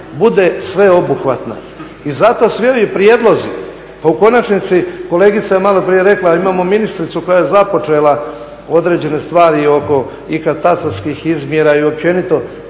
bude sveobuhvatna. I zato svi ovi prijedlozi, pa u konačnici kolegica je maloprije rekla, imamo ministricu koja je započela određene stvari oko i katastarskih izmjera i općenito